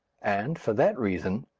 and, for that reason,